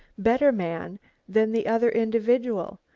better man than the other individual,